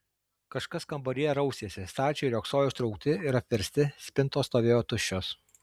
kažkas kambaryje rausėsi stalčiai riogsojo ištraukti ir apversti spintos stovėjo tuščios